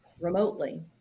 remotely